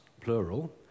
plural